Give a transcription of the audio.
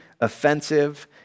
offensive